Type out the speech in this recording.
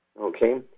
Okay